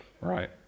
right